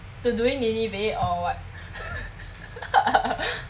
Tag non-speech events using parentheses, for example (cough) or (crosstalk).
to doing nineveh or what (laughs)